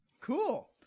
Cool